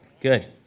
Good